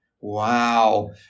Wow